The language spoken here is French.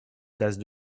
tasse